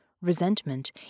resentment